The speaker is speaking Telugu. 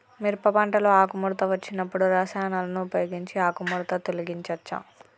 మిరప పంటలో ఆకుముడత వచ్చినప్పుడు రసాయనాలను ఉపయోగించి ఆకుముడత తొలగించచ్చా?